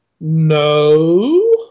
No